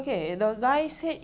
one years old